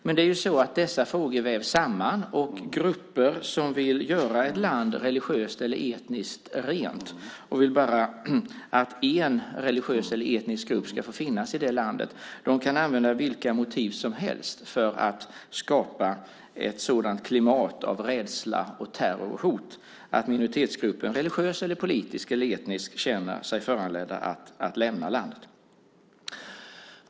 Men dessa frågor vävs samman, och grupper som vill göra ett land religiöst eller etniskt rent, så att bara en religiös eller etnisk grupp får finnas i landet, kan använda vilka motiv som helst för att skapa ett sådant klimat av rädsla, terror och hot att minoritetsgruppen - religiös, politisk eller etnisk - känner sig föranledd att lämna landet.